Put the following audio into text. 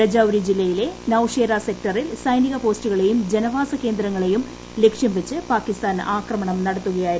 രജൌരി ജില്ലയിലെ നൌഷേര സെക്ടറിൽ സൈനിക പോസ്റ്റുകളേയും ജനവാസ കേന്ദ്രങ്ങളെയും ലക്ഷ്യം വച്ച് പാകിസ്ഥാൻ ആക്രമണം നടത്തുകയായിരുന്നു